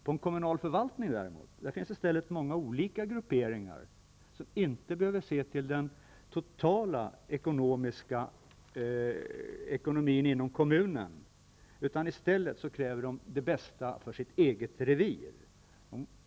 På en kommunal förvaltning däremot finns det många olika grupperingar som inte behöver se till den totala kommunala ekonomin. I stället kräver de det bästa för det egna reviret.